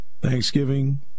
Thanksgiving